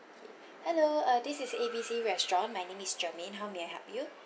okay hello uh this is A B C restaurant my name is germaine how may I help you